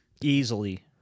Easily